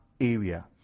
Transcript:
area